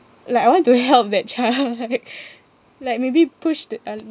like I want to help that child like like maybe push the uh